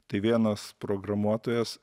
tai vienas programuotojas